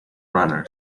runners